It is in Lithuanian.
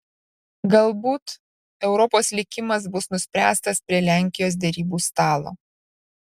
galbūt europos likimas bus nuspręstas prie lenkijos derybų stalo